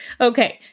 Okay